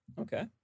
okay